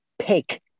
pick